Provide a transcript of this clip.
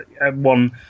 one